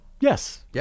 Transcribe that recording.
Yes